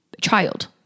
child